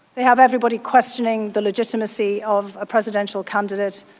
they have everybody questioning the legitimacy of a presidential candidate,